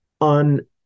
on